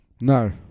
No